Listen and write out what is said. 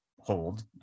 hold